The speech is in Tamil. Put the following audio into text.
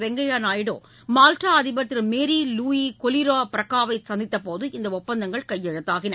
வெங்கைய நாயுடு மால்டா அதிபர் மேரி லூஸி கொலிரோ ப்ரக்காவை சந்தித்தபோது இந்த ஒப்பந்தங்கள் கையெழுத்தாகின